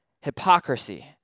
Hypocrisy